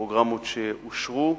פרוגרמות שאושרו.